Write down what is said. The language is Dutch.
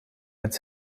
met